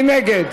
מי נגד?